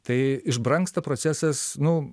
tai išbrangsta procesas nu